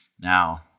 Now